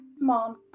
mom